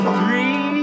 three